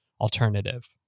alternative